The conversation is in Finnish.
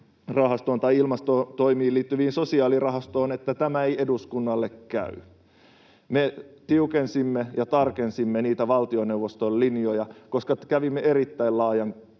tähän ilmastotoimiin liittyvään sosiaalirahastoon, että tämä ei eduskunnalle käy. Me tiukensimme ja tarkensimme valtioneuvostolle niitä linjoja, koska kävimme erittäin laajan